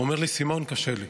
הוא אומר לי: סימון, קשה לי.